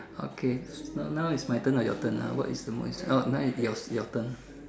okay so now is my turn or your turn ah what is the most oh now is yours your turn